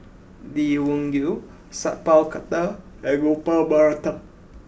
Lee Wung Yew Sat Pal Khattar and Gopal Baratham